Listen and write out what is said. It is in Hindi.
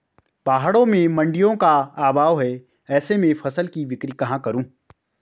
पहाड़ों में मडिंयों का अभाव है ऐसे में फसल की बिक्री कहाँ करूँ?